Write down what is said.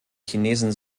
chinesen